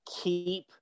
keep